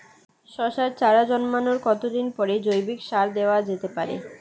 শশার চারা জন্মানোর কতদিন পরে জৈবিক সার দেওয়া যেতে পারে?